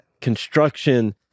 construction